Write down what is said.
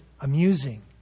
amusing